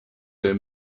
their